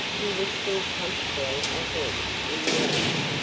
he was still comfortably ahead in the race,